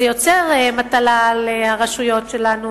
זה יוצר מטלה על הרשויות שלנו,